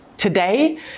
Today